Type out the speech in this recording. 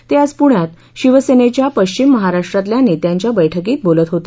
ते आज पुण्यात शिवसेनेच्या पश्चिम महाराष्ट्रातल्या नेत्यांच्या बैठकीत बोलत होते